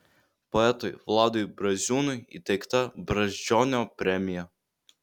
poetui vladui braziūnui įteikta brazdžionio premija